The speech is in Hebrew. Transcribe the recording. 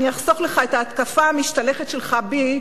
אני אחסוך לך את ההתקפה המשתלחת שלך בי,